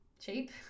cheap